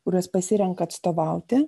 kuriuos pasirenka atstovauti